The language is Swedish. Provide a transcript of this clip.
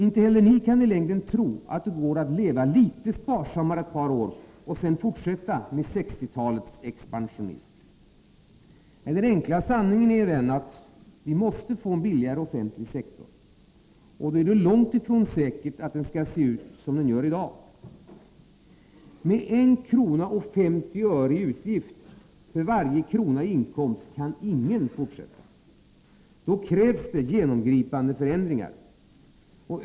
Inte heller ni kan i längden tro att det går att leva litet sparsammare ett par år och sedan fortsätta med 1960-talets expansionism. Den enkla sanningen är att vi måste få en billigare offentlig sektor, och då är det långt ifrån säkert att den skall se ut som den gör i dag. Med 1:50 kr. i utgift för var krona i inkomst kan ingen fortsätta. Då krävs det genomgripande förändringar.